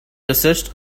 desist